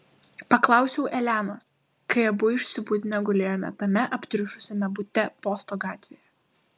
paklausiau elenos kai abu išsibudinę gulėjome tame aptriušusiame bute posto gatvėje